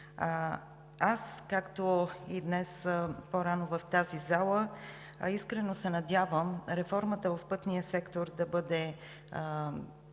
Аз, както и днес по-рано в тази зала, да кажа, че искрено се надявам реформата в пътния сектор да бъде